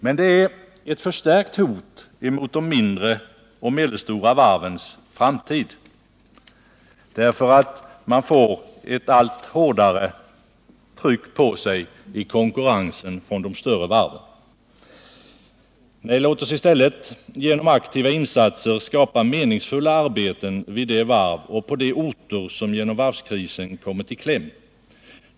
Men det är ett förstärkt hot mot de mindre och medelstora varvens framtid, för de får ett allt hårdare tryck på sig i konkurrensen från de större varven. Nej, låt oss i stället genom aktiva insatser skapa meningsfulla arbeten vid de varv och på de orter som genom varvskrisen kommit i kläm.